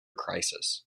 crisis